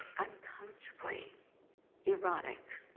uncomfortably erotic,